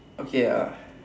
okay ah